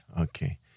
Okay